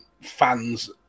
fans